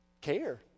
care